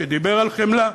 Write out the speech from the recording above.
שדיבר על חמלה,